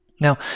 Now